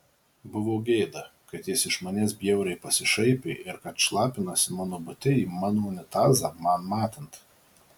buvo gėda kad jis iš manęs bjauriai pasišaipė ir kad šlapinasi mano bute į mano unitazą man matant